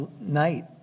night